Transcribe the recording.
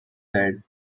head